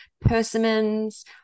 persimmons